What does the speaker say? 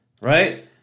Right